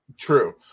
True